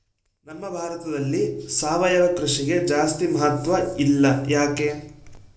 ನಮ್ಮ ಭಾರತದಲ್ಲಿ ಸಾವಯವ ಕೃಷಿಗೆ ಜಾಸ್ತಿ ಮಹತ್ವ ಇಲ್ಲ ಯಾಕೆ?